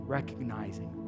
recognizing